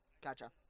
Gotcha